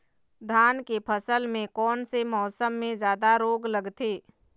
धान के फसल मे कोन से मौसम मे जादा रोग लगथे?